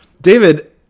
David